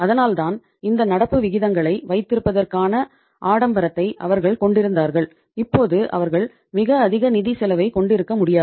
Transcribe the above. அதனால்தான் இந்த நடப்பு விகிதங்களை வைத்திருப்பதற்கான ஆடம்பரத்தை அவர்கள் கொண்டிருந்தார்கள் இப்போது அவர்கள் மிக அதிக நிதி செலவைக் கொண்டிருக்க முடியாது